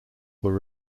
were